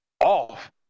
off